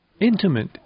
intimate